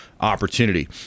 opportunity